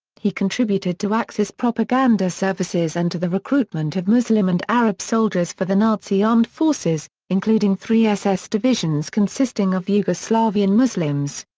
he contributed to axis propaganda services and to the recruitment of muslim and arab soldiers for the nazi armed forces, including three ss divisions consisting of yugoslavian muslims.